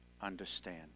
understand